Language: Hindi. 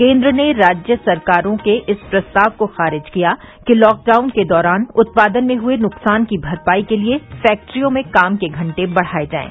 केन्द्र ने राज्य सरकारों के इस प्रस्ताव को खारिज किया कि लॉकडाउन के दौरान उत्पादन में हुये नुक्सान की भरपाई के लिये फैक्ट्रियों में काम के घंटे बढ़ाये जाये